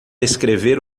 escrever